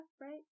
right